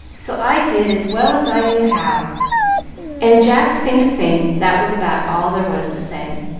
so i did as well as i knew how and jack seemed to think that was about all there was to say.